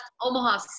Omaha